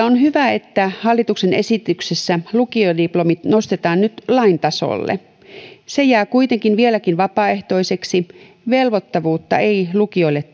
on hyvä että hallituksen esityksessä lukiodiplomit nostetaan nyt lain tasolle se jää kuitenkin vieläkin vapaaehtoiseksi velvoittavuutta ei lukioille